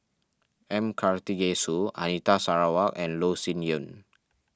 M Karthigesu Anita Sarawak and Loh Sin Yun